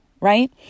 right